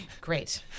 Great